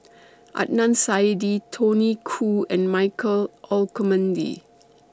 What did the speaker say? Adnan Saidi Tony Khoo and Michael Olcomendy